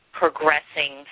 progressing